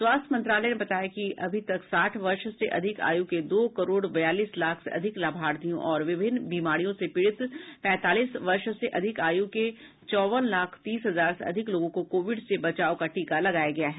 स्वास्थ्य मंत्रालय ने बताया है कि अभी तक साठ वर्ष से अधिक आयु के दो करोड बयालीस लाख से अधिक लाभार्थियों और विभिन्न बीमारियों से पीडि़त पैंतालीस वर्ष से अधिक आयु के चौवन लाख तीस हजार से अधिक लोगों को कोविड से बचाव का टीका लगाया गया है